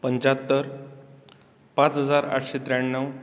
पंचात्तर पांच हजार आठशीं त्र्याणव